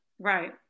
Right